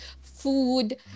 food